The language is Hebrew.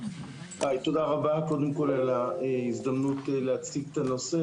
תודה רבה, קודם כל, על ההזדמנות להציג את הנושא.